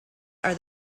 are